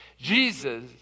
Jesus